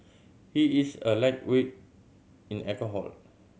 he is a lightweight in alcohol